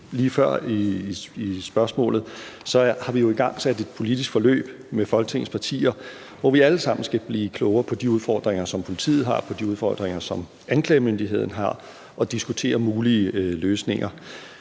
lige før i spørgsmålet, har vi jo igangsat et politisk forløb med Folketingets partier, hvor vi alle sammen skal blive klogere på de udfordringer, som politiet har, og på de udfordringer, som anklagemyndigheden har, og diskutere mulige løsninger.